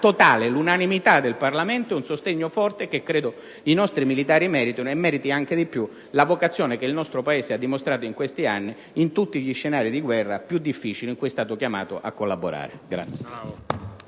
totale: l'unanimità del Parlamento è un sostegno forte che credo i nostri militari meritino e meriti ancora di più la vocazione che il nostro Paese ha dimostrato in questi anni in tutti gli scenari di guerra più difficili in cui è stato chiamato a collaborare.